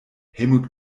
helmut